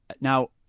Now